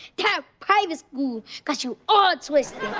that private school got you all twisted!